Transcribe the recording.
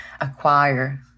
acquire